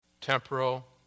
temporal